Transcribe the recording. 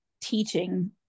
teaching